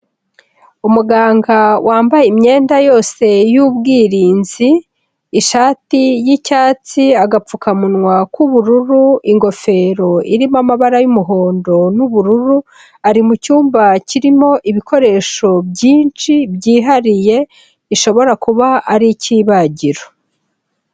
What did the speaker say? Umuganga wambaye imyenda yose y'ubwirinzi, ishati y'icyatsi, agapfukamunwa k'ubururu, ingofero irimo amabara y'umuhondo n'ubururu, ari mu cyumba kirimo ibikoresho byinshi byihariye, gishobora kuba ari icy'ibagiro.